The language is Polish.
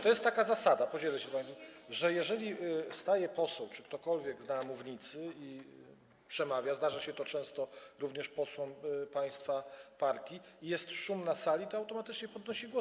To jest taka zasada, podzielę się z wami, że jeżeli staje poseł czy ktokolwiek na mównicy i przemawia, zdarza się to często również posłom państwa partii, i jest szum na sali, to automatycznie podnosi głos.